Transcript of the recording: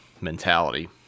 mentality